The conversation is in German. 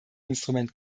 instrument